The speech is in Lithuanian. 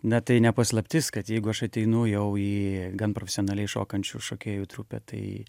na tai ne paslaptis kad jeigu aš ateinu jau į gan profesionaliai šokančių šokėjų trupę tai